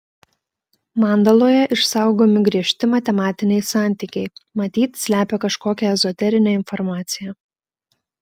mandaloje išsaugomi griežti matematiniai santykiai matyt slepia kažkokią ezoterinę informaciją